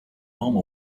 home